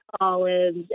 olives